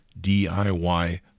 DIY